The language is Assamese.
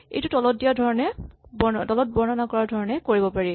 এইটো তলত বৰ্ণনা কৰা ধৰণে কৰিব পাৰি